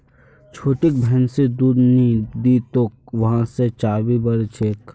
छोटिक भैंसिर दूध नी दी तोक वहा से चर्बी बढ़ छेक